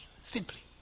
Simply